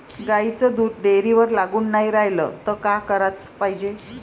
गाईचं दूध डेअरीवर लागून नाई रायलं त का कराच पायजे?